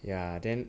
ya then